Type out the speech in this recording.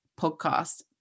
podcast